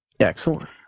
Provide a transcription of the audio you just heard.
Excellent